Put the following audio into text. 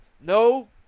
No